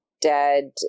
Dead